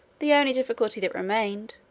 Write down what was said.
the only difficulty that remained,